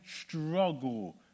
struggle